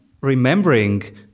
remembering